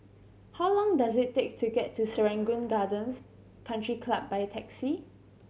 how long does it take to get to Serangoon Gardens Country Club by taxi